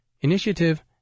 initiative